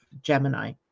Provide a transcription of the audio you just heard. Gemini